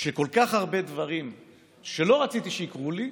שכל כך הרבה דברים שלא רציתי שיקרו לי,